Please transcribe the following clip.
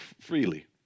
freely